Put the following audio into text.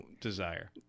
desire